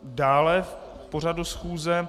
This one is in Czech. Dále k pořadu schůze.